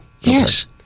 Yes